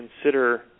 consider